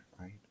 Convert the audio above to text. right